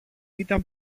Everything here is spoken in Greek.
ήταν